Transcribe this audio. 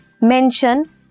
mention